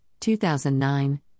2009